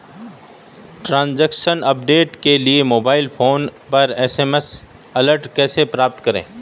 Transaction update के लिए mobile phone पर एस.एम.एस अलर्ट कैसे प्राप्त करें?